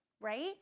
right